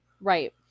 Right